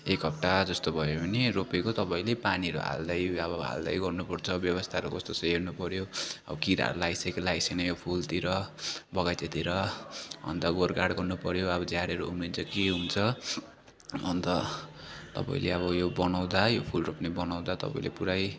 एक हप्ता जस्तो भयो भने रोपेको तपाईँहरूले पानीहरू हाल्दै अब हाल्दै गर्नुपर्छ व्यवस्थाहरू कस्तो छ हेर्नुपर्यो अब किराहरू लागेको छ कि लागेको छैन यो फुलतिर बगैँचातिर अन्त गोडगाड गर्नुपर्यो अब झारहरू उम्रिन्छ के हुन्छ अन्त तपाईँले अब यो बनाउँदा है फुल रोप्ने बनाउँदा तपाईँले पुरै